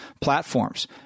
platforms